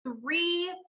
three